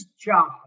job